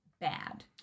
bad